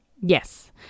Yes